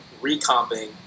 recomping